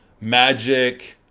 magic